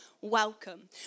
welcome